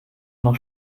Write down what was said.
noch